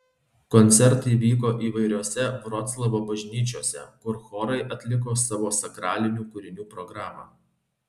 koncertai vyko įvairiose vroclavo bažnyčiose kur chorai atliko savo sakralinių kūrinių programą